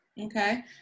okay